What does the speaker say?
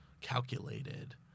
calculated